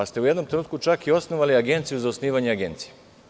U jednom trenutku ste čak i osnovali Agenciju za osnivanje agencija.